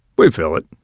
we'd fill it.